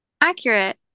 Accurate